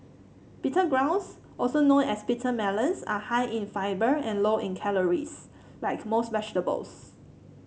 bitter gourds also known as bitter melons are high in fibre and low in calories like most vegetables